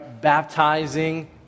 baptizing